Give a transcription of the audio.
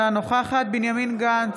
אינה נוכחת בנימין גנץ,